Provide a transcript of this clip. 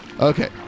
Okay